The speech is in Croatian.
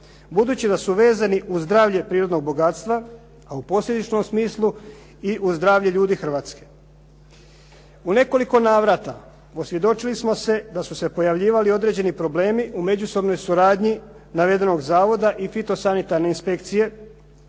budući da su vezani uz zdravlje prirodnog bogatstva, a u posljedičnom smislu i uz zdravlja ljudi Hrvatske. U nekoliko navrata osvjedočili smo se da su se pojavljivali određeni problemi u međusobnoj suradnji navedenog zavoda i fitosanitarne inspekcije